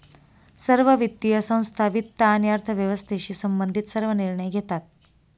सर्व वित्तीय संस्था वित्त आणि अर्थव्यवस्थेशी संबंधित सर्व निर्णय घेतात